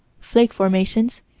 flake formations,